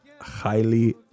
highly